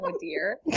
dear